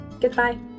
Goodbye